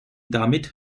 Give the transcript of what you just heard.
damit